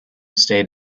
state